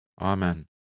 Amen